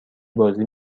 بازی